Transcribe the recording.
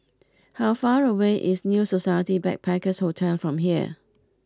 how far away is New Society Backpackers' Hotel from here